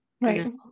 right